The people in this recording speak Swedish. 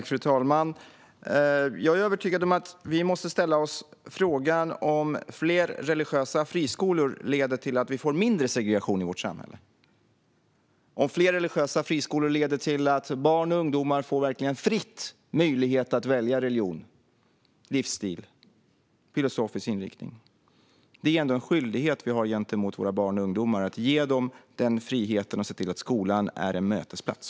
Fru talman! Jag är övertygad om att vi måste ställa oss frågan om fler religiösa friskolor leder till att vi får mindre segregation i vårt samhälle och om fler religiösa friskolor leder till att barn och ungdomar får möjlighet att fritt välja religion, livsstil och filosofisk inriktning. Det är ändå en skyldighet som vi har gentemot våra barn och ungdomar att ge dem denna frihet och se till att skolan är en mötesplats.